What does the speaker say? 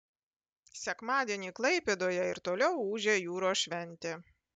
sekmadienį klaipėdoje ir toliau ūžė jūros šventė